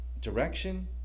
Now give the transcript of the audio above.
direction